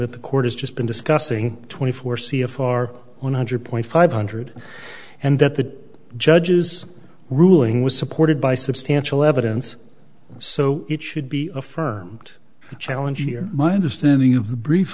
that the court has just been discussing twenty four c a far one hundred point five hundred and that the judge's ruling was supported by substantial evidence so it should be affirmed the challenge here my understanding of the brief